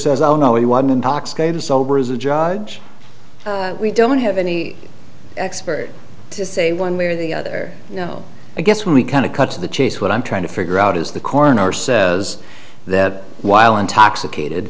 says oh no we want to be sober as a judge we don't have any expert to say one way or the other you know i guess when we kind of cut to the chase what i'm trying to figure out is the coroner says that while intoxicated